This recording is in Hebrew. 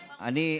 נירה,